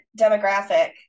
demographic